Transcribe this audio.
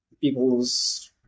people's